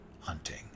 hunting